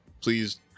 please